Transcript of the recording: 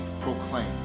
proclaim